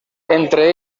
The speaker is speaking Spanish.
entre